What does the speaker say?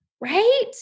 right